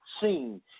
seen